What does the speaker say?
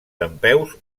dempeus